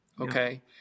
Okay